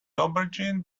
aubergine